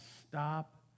stop